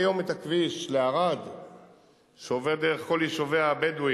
הכושר החדש, שחנכנו בכנסת בשנת